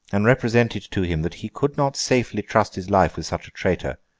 and represented to him that he could not safely trust his life with such a traitor,